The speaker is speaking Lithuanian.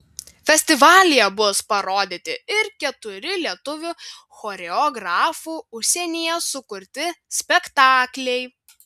festivalyje bus parodyti ir keturi lietuvių choreografų užsienyje sukurti spektakliai